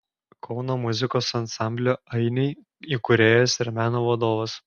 kauno muzikos ansamblio ainiai įkūrėjas ir meno vadovas